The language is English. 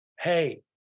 Hey